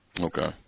Okay